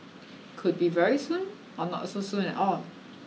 could be very soon or not so soon at all